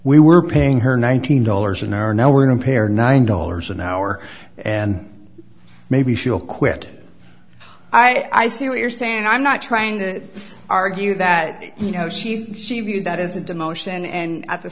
we were paying her nineteen dollars an hour now we're going to pay or nine dollars an hour and maybe she'll quit i see what you're saying and i'm not trying to argue that you know she's she viewed that as a demotion and at the